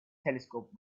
telescope